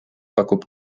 pakub